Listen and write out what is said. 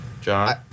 John